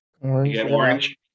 orange